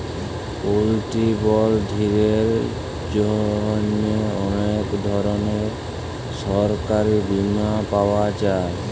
পরতিবলধীদের জ্যনহে অলেক ধরলের সরকারি বীমা পাওয়া যায়